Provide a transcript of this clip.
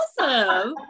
awesome